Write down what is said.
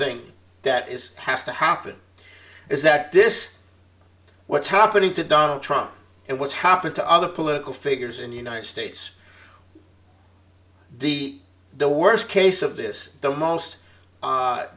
thing that is has to happen is that this what's happening to donald trump and what's happened to other political figures in the united states the worst case of this the most